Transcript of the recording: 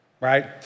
Right